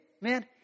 man